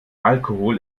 alkohol